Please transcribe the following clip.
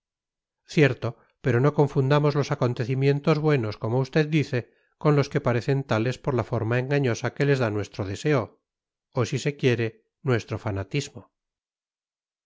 cierto pero no confundamos los acontecimientos buenos como usted dice con los que parecen tales por la forma engañosa que les da nuestro deseo o si se quiere nuestro fanatismo